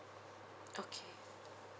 okay